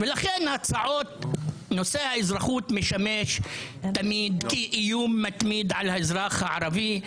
ולכן נושא האזרחות משמש תמיד כאיום מתמיד על האזרח הערבי.